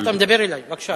בבקשה.